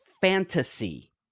fantasy